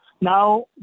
Now